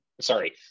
Sorry